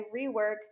rework